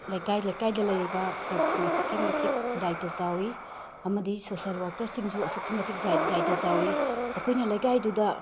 ꯂꯩꯀꯥꯏ ꯂꯩꯀꯥꯏꯗ ꯂꯩꯔꯤꯕ ꯀ꯭ꯂꯕ ꯑꯁꯨꯛꯀꯤ ꯃꯇꯤꯛ ꯗꯥꯏꯇ ꯆꯥꯎꯏ ꯑꯃꯗꯤ ꯁꯣꯁꯦꯜ ꯋꯥꯔꯀꯔꯁꯤꯡꯁꯨ ꯑꯁꯨꯛꯀꯤ ꯃꯇꯤꯛ ꯗꯥꯏꯇ ꯆꯥꯎꯏ ꯑꯩꯈꯣꯏꯅ ꯂꯩꯀꯥꯏꯗꯨꯗ